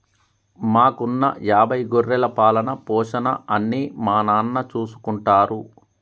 మాకున్న యాభై గొర్రెల పాలన, పోషణ అన్నీ మా నాన్న చూసుకుంటారు